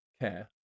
care